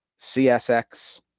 CSX